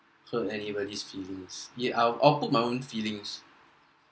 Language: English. hurt any body's feelings yeah I'll I'll put my own feelings